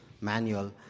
manual